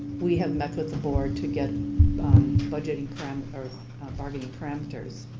we have met with the board to get budget or bargaining parameters.